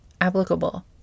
applicable